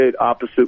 opposite